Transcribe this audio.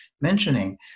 mentioning